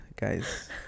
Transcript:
guys